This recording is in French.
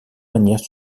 manières